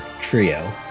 trio